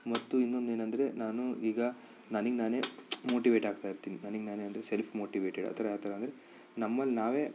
ಮತ್ತು ಇನ್ನೊಂದೇನೆಂದ್ರೆ ನಾನು ಈಗ ನನಗೆ ನಾನೇ ಮೋಟಿವೇಟ್ ಆಗ್ತಾಯಿರ್ತೀನಿ ನನಗೆ ನಾನೇ ಅಂದರೆ ಸೆಲ್ಫ್ ಮೋಟಿವೇಟೆಡ್ ಆ ಥರ ಯಾವ ಥರ ಅಂದರೆ ನಮ್ಮಲ್ಲಿ ನಾವೇ